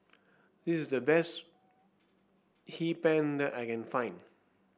this is the best Hee Pan that I can find